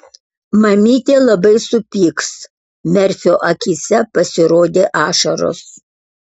mamytė labai supyks merfio akyse pasirodė ašaros